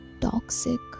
toxic